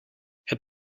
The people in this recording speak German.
herr